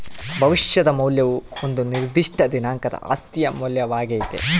ಭವಿಷ್ಯದ ಮೌಲ್ಯವು ಒಂದು ನಿರ್ದಿಷ್ಟ ದಿನಾಂಕದ ಆಸ್ತಿಯ ಮೌಲ್ಯವಾಗ್ಯತೆ